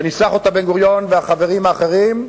שניסחו אותה בן-גוריון והחברים האחרים,